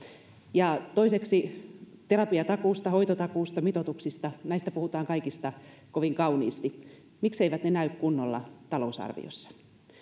ja toiseksi terapiatakuusta hoitotakuusta ja mitoituksista puhutaan kaikista kovin kauniisti mikseivät ne näy kunnolla talousarviossa